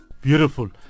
Beautiful